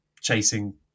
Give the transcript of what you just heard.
chasing